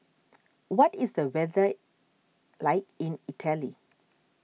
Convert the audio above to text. what is the weather like in Italy